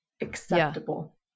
acceptable